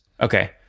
Okay